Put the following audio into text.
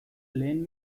lehen